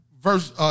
verse